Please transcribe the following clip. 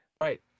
Right